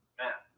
man